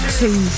two